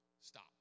Stop